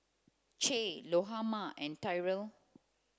Che Lahoma and Tyrel